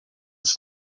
sono